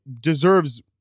deserves